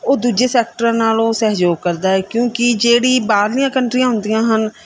ਉਹ ਦੂਜੇ ਸੈਕਟਰਾਂ ਨਾਲੋਂ ਸਹਿਯੋਗ ਕਰਦਾ ਹੈ ਕਿਉਂਕਿ ਜਿਹੜੀਆਂ ਬਾਹਰਲੀਆਂ ਕੰਟਰੀਆਂ ਹੁੰਦੀਆਂ ਹਨ